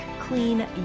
clean